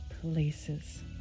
places